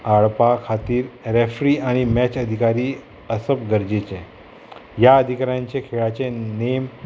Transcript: हाडपा खातीर रॅफ्री आनी मॅच अधिकारी आसप गरजेचे ह्या अधिकाऱ्यांचे खेळाचे नेम